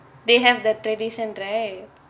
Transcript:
they have the thirty cent right